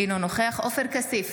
אינו נוכח עופר כסיף,